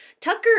Tucker